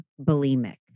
bulimic